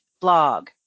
blog